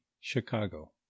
Chicago